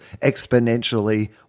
exponentially